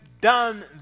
done